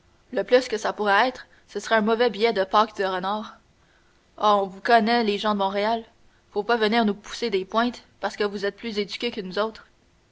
le plus que ça pourrait être ce serait un mauvais billet de pâques de renard ah on vous connaît les gens de montréal faut pas venir nous pousser des pointes parce que vous êtes plus éduqués que nous autres